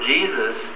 Jesus